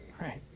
right